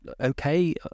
okay